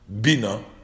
bina